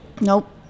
Nope